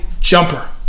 jumper